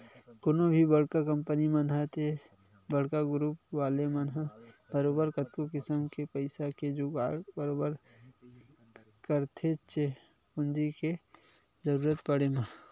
कोनो भी बड़का कंपनी मन ह ते बड़का गुरूप वाले मन ह बरोबर कतको किसम ले पइसा के जुगाड़ बरोबर करथेच्चे पूंजी के जरुरत पड़े म